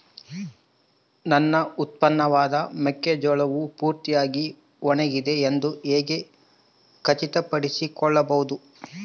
ನನ್ನ ಉತ್ಪನ್ನವಾದ ಮೆಕ್ಕೆಜೋಳವು ಪೂರ್ತಿಯಾಗಿ ಒಣಗಿದೆ ಎಂದು ಹೇಗೆ ಖಚಿತಪಡಿಸಿಕೊಳ್ಳಬಹುದು?